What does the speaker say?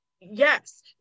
yes